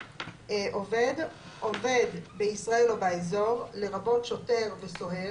"עובד" עובד בישראל או באזור, לרבות שוטר וסוהר,